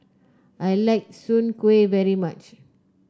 I like Soon Kueh very much